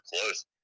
close